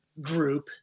group